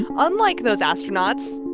unlike those astronauts,